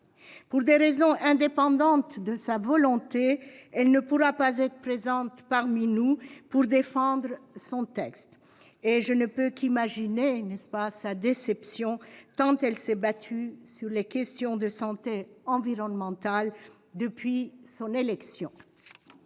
Pour des raisons indépendantes de sa volonté, elle ne pourra pas être présente parmi nous pour défendre son texte. Je ne puis qu'imaginer sa déception, tant elle s'est battue sur les questions de santé environnementale depuis son élection.